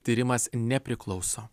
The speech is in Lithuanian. tyrimas nepriklauso